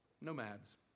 nomads